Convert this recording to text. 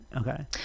okay